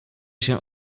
się